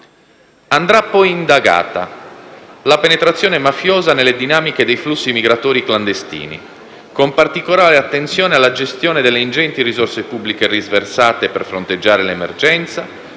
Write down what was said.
Andrà poi indagata la penetrazione mafiosa nelle dinamiche dei flussi migratori clandestini, con particolare attenzione alla gestione delle ingenti risorse pubbliche riversate per fronteggiare l'emergenza,